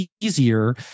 easier